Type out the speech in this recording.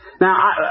Now